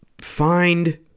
find